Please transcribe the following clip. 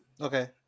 Okay